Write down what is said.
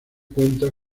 cuenta